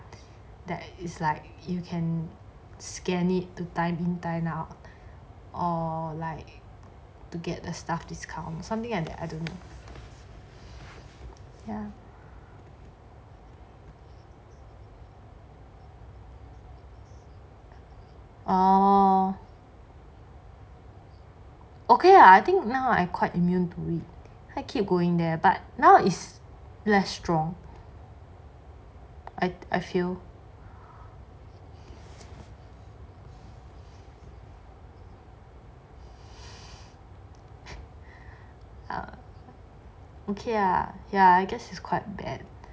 that is like you can scan it time in time out or like to get the staff discount something like that I don't know [orh]okay lah I think now I quite immune to it keep going to it now it's less strong I I feel ya okay lah I guess it's quite bad